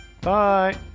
Bye